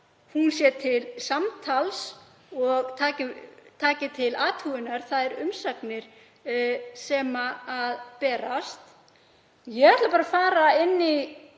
hún sé til samtals og taki til athugunar þær umsagnir sem berast. Ég ætla að fara inn í